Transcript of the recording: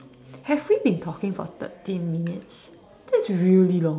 have we been talking for thirteen minutes that's really long